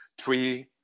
three